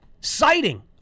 citing